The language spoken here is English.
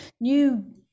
new